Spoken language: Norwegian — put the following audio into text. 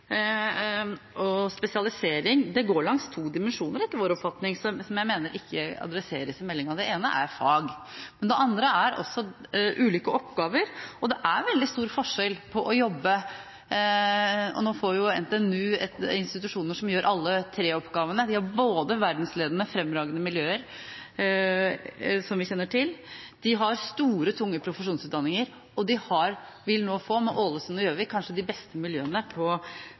og spesialisering går langs to dimensjoner, etter vår oppfatning, som jeg mener ikke adresseres i meldingen. Det ene er fag, og det andre er ulike oppgaver. Nå får NTNU institusjoner som gjør alle tre oppgavene. De har verdensledende, fremragende miljøer, som vi kjenner til, de har store, tunge profesjonsutdanninger, og de vil nå få, med høgskolene i Ålesund og Gjøvik, kanskje de beste miljøene på